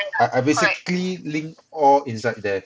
I I basically link all inside there